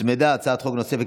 הוצמדה הצעת חוק נוספת,